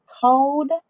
cold